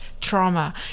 trauma